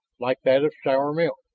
like that of sour milk.